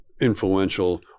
influential